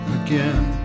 again